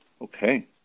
okay